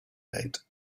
date